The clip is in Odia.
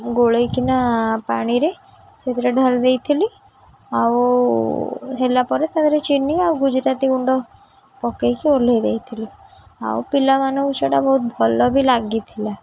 ଗୋଳାଇକିନା ପାଣିରେ ସେଥିରେ ଢାଳି ଦେଇଥିଲି ଆଉ ହେଲା ପରେ ତା ଦେହରେ ଚିନି ଆଉ ଗୁଜୁରାତି ଗୁଣ୍ଡ ପକାଇକି ଓହ୍ଲେଇ ଦେଇଥିଲି ଆଉ ପିଲାମାନଙ୍କୁ ସେଇଟା ବହୁତ ଭଲ ବି ଲାଗିଥିଲା